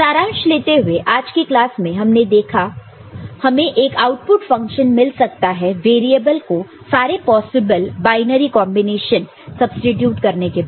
सारांश लेते हुए आज की क्लास में हमने देखा हमें एक आउटपुट फंक्शन मिल सकता है वेरिएबल को सारे पॉसिबल बायनरी कॉन्बिनेशन सब्सीट्यूट करने के बाद